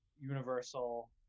universal